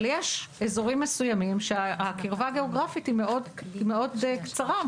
אבל יש אזורים מסוימים שהקרבה הגיאוגרפית היא מאוד קצרה,